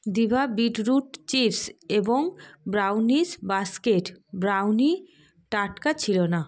Diva beetroot chips এবং brownies basket brownie টাটকা ছিল না